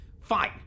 Fine